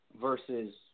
versus